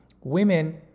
women